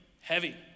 heavy